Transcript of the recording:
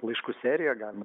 laiškų seriją galime